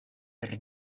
per